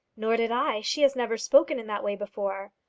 nor did i. she has never spoken in that way before.